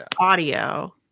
audio